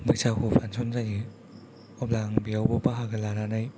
बैसागु फांसन जायो अब्ला आं बेयावबो बाहागो लानानै